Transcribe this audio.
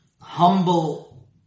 humble